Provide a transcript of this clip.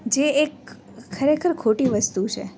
જે એક ખરેખર ખોટી વસ્તુ છે